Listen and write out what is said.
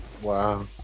Wow